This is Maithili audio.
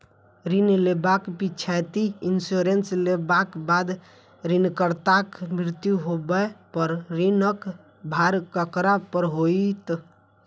ऋण लेबाक पिछैती इन्सुरेंस लेबाक बाद ऋणकर्ताक मृत्यु होबय पर ऋणक भार ककरा पर होइत?